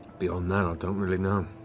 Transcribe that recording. beyond that, i don't really know.